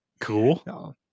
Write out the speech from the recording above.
cool